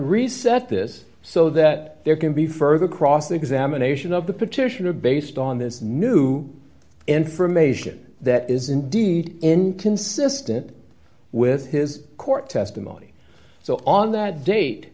reset this so that there can be further cross examination of the petitioner based on this new information that is indeed inconsistent with his court testimony so on that date